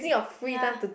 ya